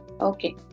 Okay